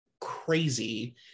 crazy